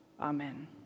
Amen